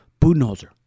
Budenholzer